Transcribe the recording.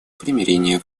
примирения